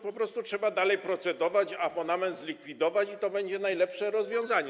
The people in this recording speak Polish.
Po prostu trzeba dalej procedować, abonament zlikwidować i to będzie najlepsze rozwiązanie.